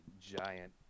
giant